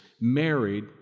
married